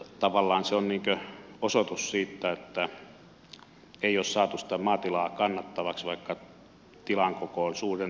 tavallaan se on osoitus siitä että ei ole saatu sitä maatilaa kannattavaksi vaikka tilan koko on suurentunut